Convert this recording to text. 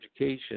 education